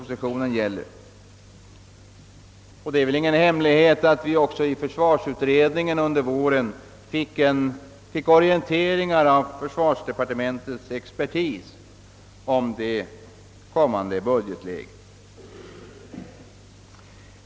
Det är väl heller ingen hemlighet att vi i försvarsutredningen under våren orienterades av försvarsdepartementets expertis om det kommande budgetläget.